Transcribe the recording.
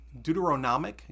Deuteronomic